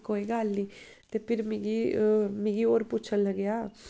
कोई गल्ल निं ते फिरी मिगी मिगी होर पुच्छन लगेआ